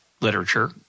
literature